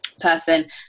Person